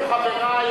חברי,